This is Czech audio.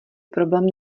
problém